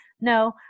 No